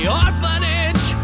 orphanage